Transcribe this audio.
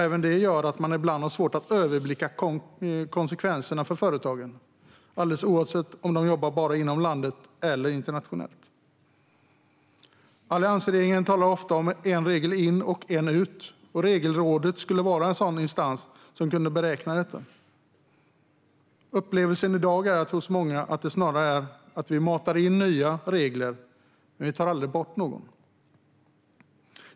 Även det gör att man ibland har svårt att överblicka konsekvenserna för företagen, alldeles oavsett om de jobbar bara inom landet eller internationellt. Alliansregeringen talade ofta om en regel in och en ut, och Regelrådet skulle vara en sådan instans som kunde beräkna detta. Upplevelsen i dag hos många är snarare att det matas in nya regler men aldrig tas bort några.